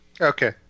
okay